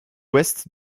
ouest